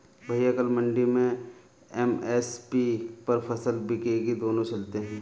भैया कल मंडी में एम.एस.पी पर फसल बिकेगी दोनों चलते हैं